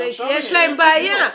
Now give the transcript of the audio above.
יש להם בעיה.